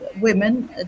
women